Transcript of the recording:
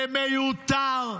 זה מיותר,